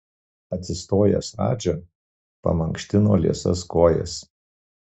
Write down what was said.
atsistojęs radža pamankštino liesas kojas